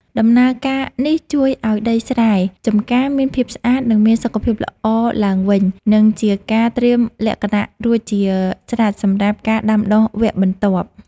ដំណើរការនេះជួយឱ្យដីស្រែចម្ការមានភាពស្អាត និងមានសុខភាពល្អឡើងវិញ និងជាការត្រៀមលក្ខណៈរួចជាស្រេចសម្រាប់ការដាំដុះវគ្គបន្ទាប់។